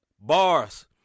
bars